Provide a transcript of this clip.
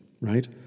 Right